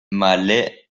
malé